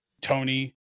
Tony